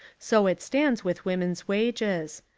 so it stands with women's wages.